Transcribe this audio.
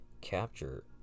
capture